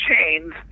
chains